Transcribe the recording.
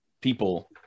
people